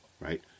Right